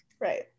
right